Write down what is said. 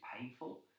painful